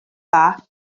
dda